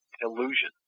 illusion